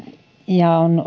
ja on